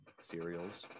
cereals